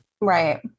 Right